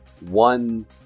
one